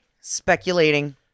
Speculating